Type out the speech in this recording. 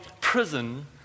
prison